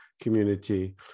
community